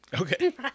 Okay